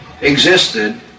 existed